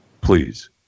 please